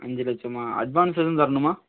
அஞ்சு லட்சமா அட்வான்ஸ் எதுவும் தரணுமா